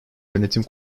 yönetim